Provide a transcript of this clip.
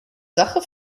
sache